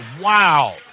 wow